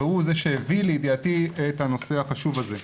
והוא זה שהביא לידיעתי את הנושא החשוב הזה.